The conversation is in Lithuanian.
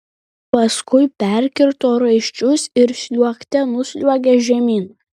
paskui perkirto raiščius ir sliuogte nusliuogė žemyn